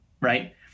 right